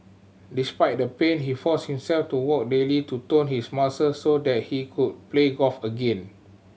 despite the pain he forced himself to walk daily to tone his muscles so that he could play golf again